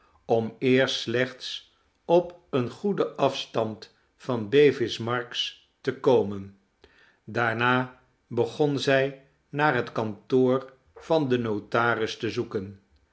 om eerst slechts op een goeden afstand van bevis marks te komen daarna begon zij naar het kantoor van den notaris te zoeken